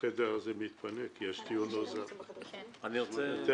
הכול בסדר --- יש ליד אולמות פנויים,